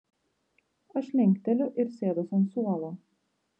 aš linkteliu ir sėduos ant suolo